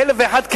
באלף-ואחד כלים,